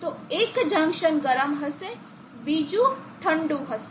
તો એક જંકશન ગરમ હશે બીજું ઠંડું હશે